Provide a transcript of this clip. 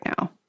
now